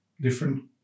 different